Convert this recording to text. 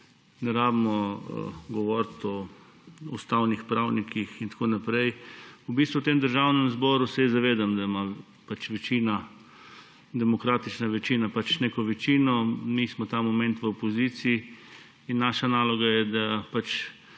ne rabimo govoriti o ustavnih pravnikih in tako naprej. V tem državnem zboru se zavedam, da ima pač demokratična večina neko večino. Mi smo ta moment v opoziciji in naša naloga je, da